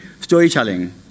storytelling